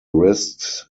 risks